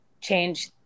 change